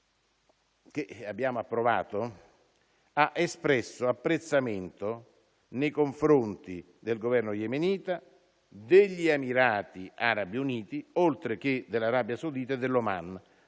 che abbiamo approvato, ha espresso apprezzamento nei confronti del Governo yemenita, degli Emirati Arabi Uniti, oltre che dell'Arabia Saudita e dell'Oman,